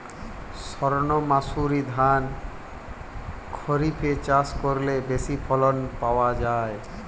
সর্ণমাসুরি ধান খরিপে চাষ করলে বেশি ফলন পাওয়া যায়?